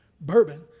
bourbon